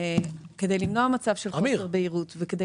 כדי למנוע מצב של חוסר בהירות וכדי